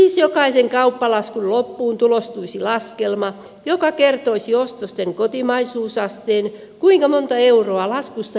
siis jokaisen kauppalaskun loppuun tulostuisi laskelma joka kertoisi ostosten kotimaisuusasteen kuinka monta euroa laskusta jää kotimaahan